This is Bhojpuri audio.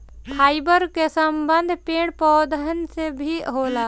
फाइबर कअ संबंध पेड़ पौधन से भी होला